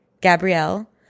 Gabrielle